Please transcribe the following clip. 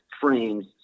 frames